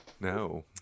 No